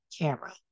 camera